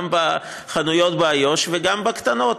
גם בחנויות באיו"ש וגם בקטנות.